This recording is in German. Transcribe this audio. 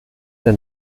der